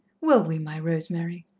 will we, my rosemary?